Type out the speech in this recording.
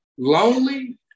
Lonely